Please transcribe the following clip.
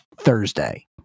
Thursday